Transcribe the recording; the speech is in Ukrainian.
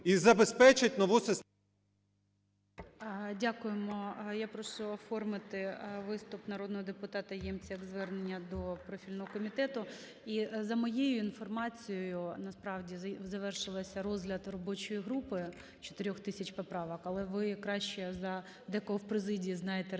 Дякуємо. Я прошу оформити виступ народного депутата Ємця як звернення до профільного комітету. І, за моєю інформацією, насправді завершився розгляд робочою групою 4 тисяч поправок. Але ви краще за декого в президії знаєте